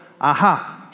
aha